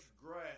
grass